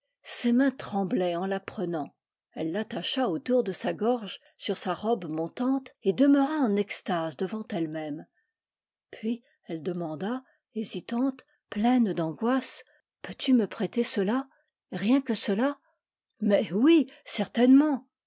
ses mains tremblaient en la prenant elle l'attacha autour de sa gorge sur sa robe montante et demeura en extase devant elle-même puis elle demanda hésitante pleine d'angoisse peux-tu me prêter cela rien que cela mais oui certainement